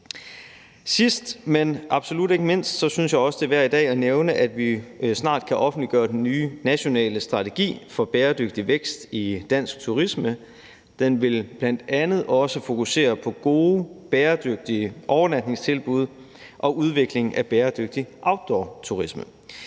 Sidst, men absolut ikke mindst, synes jeg også, det er værd i dag at nævne, at vi snart kan offentliggøre den nye nationale strategi for bæredygtig vækst i dansk turisme. Den vil bl.a. også fokusere på gode bæredygtige overnatningstilbud og udvikling af en bæredygtig outdoorturisme.